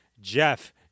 Jeff